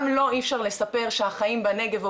גם לו אי אפשר לספר שהחיים בנגב או